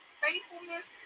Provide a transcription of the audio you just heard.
faithfulness